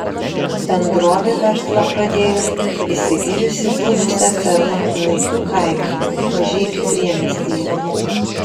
bendrovė verslą pradėjo įsigijusi buvusią fermą naikių kaime mažeikių priemiestyje